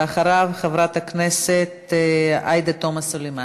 ואחריו, חברת הכנסת עאידה תומא סלימאן.